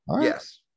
Yes